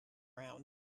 around